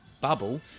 bubble